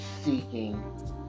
seeking